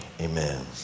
Amen